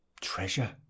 Treasure